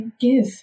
give